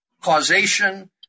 Causation